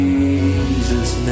Jesus